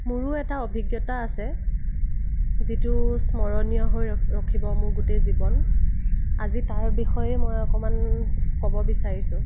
মোৰো এটা অভিজ্ঞতা আছে যিটো স্মৰণীয় হৈ ৰখিব মোৰ গোটেই জীৱন আজি তাৰ বিষয়ে মই অকণমান ক'ব বিচাৰিছোঁ